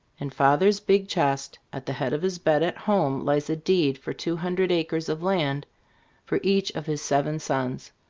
in father's big chest at the head of his bed at home lies a deed for two hundred acres of land for each of his seven sons,